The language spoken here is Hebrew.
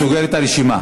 אני סוגר את הרשימה.